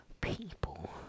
people